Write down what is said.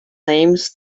names